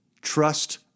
Trust